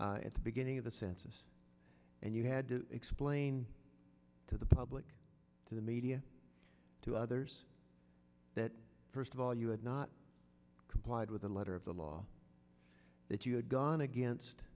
at the beginning of the census and you had to explain to the public to the media to others that first of all you had not complied with the letter of the law that you had gone against